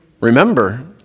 Remember